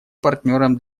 партнером